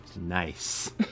Nice